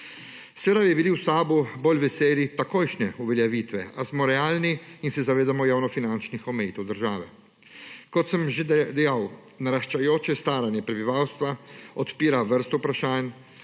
Seveda bi bili v SAB bolj veseli takojšnje uveljavitve, a smo realni in se zavedamo javnofinančnih omejitev države. Kot sem že dejal, naraščajoče staranje prebivalstva odpira vrsto vprašanj,